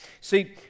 See